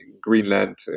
greenland